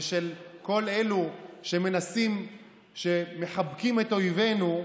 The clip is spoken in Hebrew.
ושל כל אלו שמחבקים את אויבינו,